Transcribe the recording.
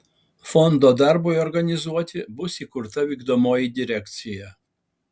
fondo darbui organizuoti bus įkurta vykdomoji direkcija